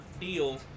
deal